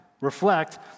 Reflect